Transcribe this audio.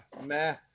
meh